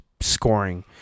scoring